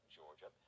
Georgia